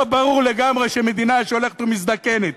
לא ברור לגמרי שמדינה שהולכת ומזדקנת,